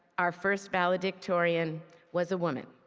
our first valedictorian was a woman.